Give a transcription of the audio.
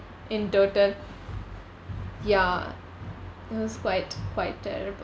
in total ya it was quite quite terrible